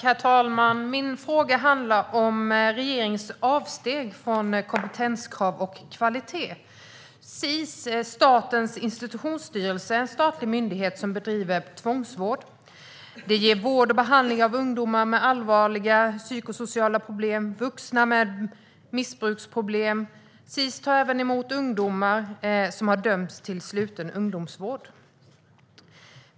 Herr talman! Min fråga handlar om regeringens avsteg från kompetenskrav och kvalitet. Sis, Statens institutionsstyrelse, är en statlig myndighet som bedriver tvångsvård. Det handlar om vård och behandling av ungdomar med allvarliga psykosociala problem och vuxna med missbruksproblem. Sis tar även emot ungdomar som har dömts till sluten ungdomsvård.